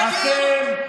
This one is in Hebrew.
איתן.